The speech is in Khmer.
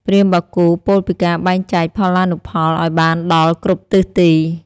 ព្រាហ្មណ៍បាគូពោលពីការបែងចែកផល្លានុផលឱ្យបានដល់គ្រប់ទិសទី។